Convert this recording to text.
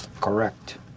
correct